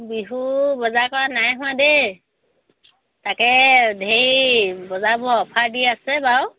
বিহু বজাৰ কৰা নাই হোৱা দেই তাকে ধেৰ বজাৰবোৰ অফাৰ দি আছে বাৰু